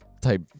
type